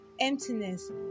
emptiness